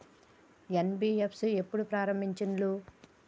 NBFC ఎప్పుడు ప్రారంభించిల్లు?